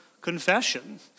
confession